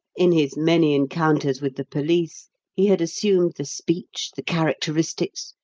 in his many encounters with the police he had assumed the speech, the characteristics,